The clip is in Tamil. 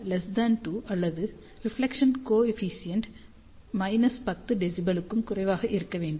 VSWR 2 அல்லது ரிஃப்லெக்சன் கோ எஃபிசியண்ட் 10 dB க்கும் குறைவாக இருக்க வேண்டும்